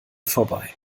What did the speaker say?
vorbei